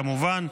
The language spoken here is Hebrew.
כמובן.